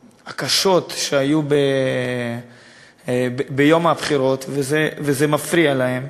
הקשות, שהיו ביום הבחירות, וזה מפריע להם.